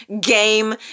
game